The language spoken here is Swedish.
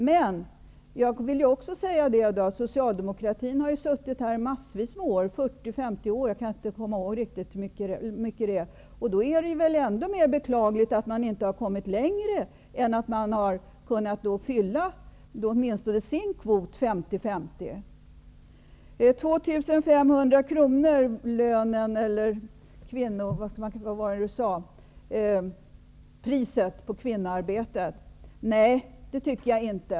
Men Socialdemokraterna har ju suttit här massvis med år -- 40--50 år, jag kan inte riktigt komma ihåg hur många år det är -- och då är det väl ändå mer beklagligt att man inte har kommit längre än att man har kunnat fylla åtminstone sin kvot, 50-50. Berit Andnor sade att 2 500 kronor är priset på kvinnoarbetet. Nej, det tycker jag inte.